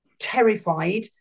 terrified